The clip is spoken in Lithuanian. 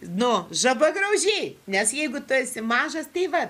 nu žabagraužiai nes jeigu tu esi mažas tai va